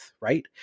right